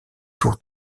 tour